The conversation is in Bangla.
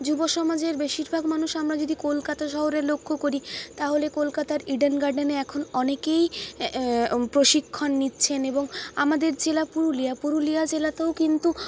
যুব সমাজের বেশিরভাগ মানুষ আমরা যদি কলকাতা শহরে লক্ষ্য করি তাহলে কলকাতার ইডেন গার্ডেনে এখন অনেকেই প্রশিক্ষণ নিচ্ছেন এবং আমাদের জেলা পুরুলিয়া পুরুলিয়া জেলাতেও কিন্তু